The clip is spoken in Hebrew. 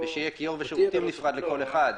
ושיהיה כיור ושירותים נפרד לכל אחד,